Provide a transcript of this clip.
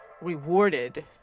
rewarded